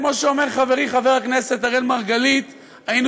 כמו שאומר חברי חבר הכנסת אראל מרגלית: היינו